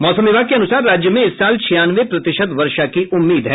मौसम विभाग के अनुसार राज्य में इस साल छियानवे प्रतिशत वर्षा की उम्मीद है